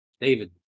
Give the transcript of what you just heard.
David